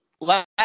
Last